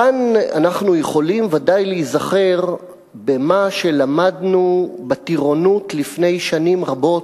כאן אנחנו יכולים ודאי להיזכר במה שלמדנו בטירונות לפני שנים רבות,